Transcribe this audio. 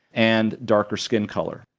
and darker skin color,